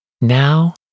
now